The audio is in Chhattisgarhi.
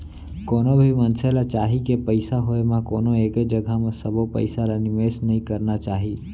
कोनो भी मनसे ल चाही के पइसा होय म कोनो एके जघा म सबो पइसा ल निवेस नइ करना चाही